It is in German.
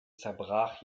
zerbrach